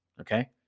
okay